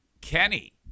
Kenny